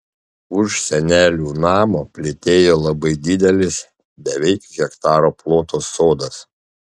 už senelių namo plytėjo labai didelis beveik hektaro ploto sodas